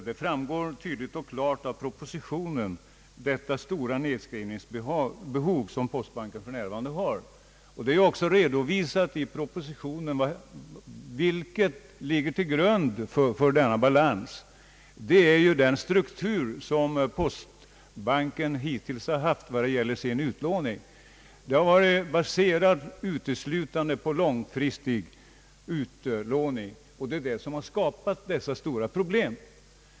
Herr talman! De stora nedskrivningsbehov som postbanken för närvarande har framgår tydligt och klart av propositionen. Där redovisas också vad som ligger till grund för denna balans, d.v.s. - postbankens = hittillsvarande struktur vad gäller utlåning, som varit baserad uteslutande på långfristiga lån. Det är detta som skapat de stora problemen.